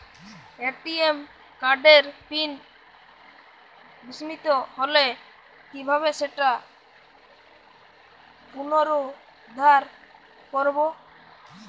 ATM কার্ডের PIN বিস্মৃত হলে কীভাবে সেটা পুনরূদ্ধার করব?